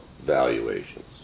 valuations